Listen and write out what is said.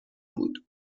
بود